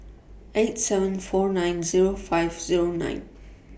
eight seven four nine Zero five Zero nine